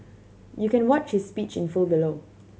you can watch his speech in full below